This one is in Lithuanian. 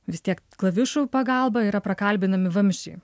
vis tiek klavišų pagalba yra prakalbinami vamzdžiai